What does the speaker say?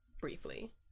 briefly